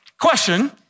question